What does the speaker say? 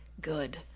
Good